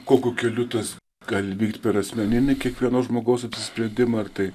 kokiu keliu tas gali vykti per asmeninį kiekvieno žmogaus apsisprendimą ar tai